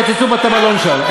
פוצצו בתי-מלון שם.